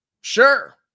Sure